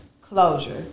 Closure